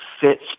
fits